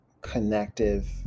connective